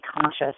conscious